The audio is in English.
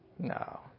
No